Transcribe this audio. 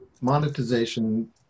Monetization